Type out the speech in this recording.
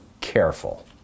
careful